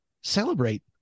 celebrate